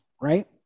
right